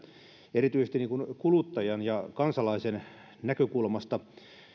erityisesti kuluttajan ja kansalaisen näkökulmasta